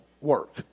work